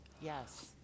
Yes